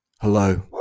Hello